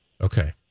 okay